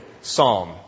psalm